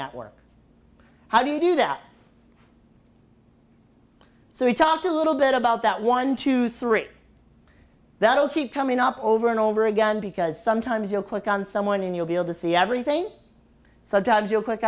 network how do you do that so we talked a little bit about that one two three that will keep coming up over and over again because sometimes you'll click on someone and you'll be able to see everything sometimes you'll click